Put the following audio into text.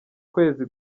kwezi